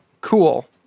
Cool